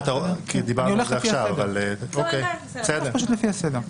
נלך לפי הסדר.